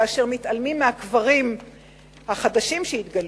כאשר מתעלמים מהקברים החדשים שהתגלו?